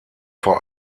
vor